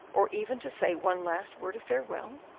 or even to say one last word of farewell?